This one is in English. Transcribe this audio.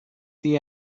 the